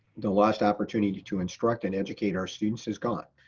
the lost opportunity to instruct and educate our students has gone.